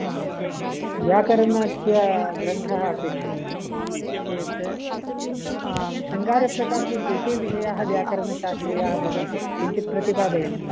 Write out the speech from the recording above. हा तर्हि व्याकरणस्य ग्रन्थः अपेक्षते चेत् शृङ्गारप्रकाशे के के विषयाः व्याकरणशास्त्रीयाः भवन्ति किञ्चित् प्रतिपादयन्तु